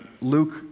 Luke